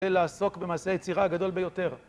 זה לעסוק במעשה יצירה גדול ביותר.